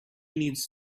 needs